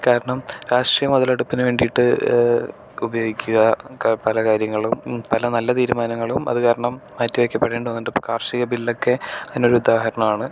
കാരണം രാഷ്ട്രീയ മുതലെടുപ്പിനു വേണ്ടിട്ട് ഉപയോഗിക്കുക പല കാര്യങ്ങളും പല നല്ല തീരുമാനങ്ങളും അതുകാരണം മാറ്റി വെക്കപ്പെടേണ്ടി വന്നിട്ടുണ്ട് കാർഷിക ബില്ലൊക്കെ അതിനൊരു ഉദാഹരണാണ്